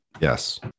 Yes